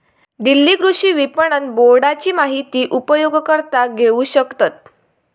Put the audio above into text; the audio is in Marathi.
दिल्ली कृषि विपणन बोर्डाची माहिती उपयोगकर्ता घेऊ शकतत